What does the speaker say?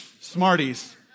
Smarties